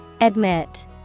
Admit